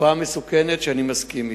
התופעה מסוכנת, ואני מסכים אתך.